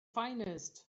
finest